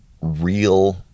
real